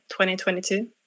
2022